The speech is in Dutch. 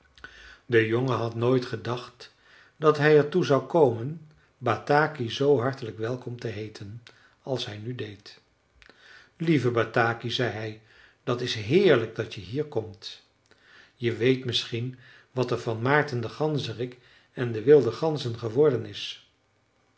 de jongen had nooit gedacht dat hij er toe zou komen bataki zoo hartelijk welkom te heeten als hij nu deed lieve bataki zei hij dat is heerlijk dat je hier komt je weet misschien wat er van maarten den ganzerik en de wilde ganzen geworden is